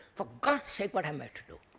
for god's sake, what am i to do.